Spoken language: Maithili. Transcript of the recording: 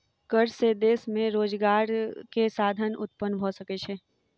कर से देश में रोजगार के साधन उत्पन्न भ सकै छै